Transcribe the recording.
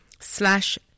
Slash